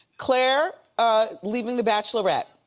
claire ah leaving the bachelorette,